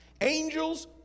angels